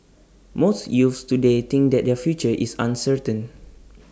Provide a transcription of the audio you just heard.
most youths today think that their future is uncertain